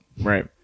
Right